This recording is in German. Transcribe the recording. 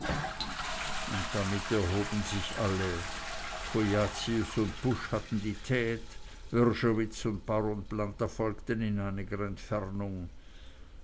und damit erhoben sich alle cujacius und pusch hatten die tte wrschowitz und baron planta folgten in einiger entfernung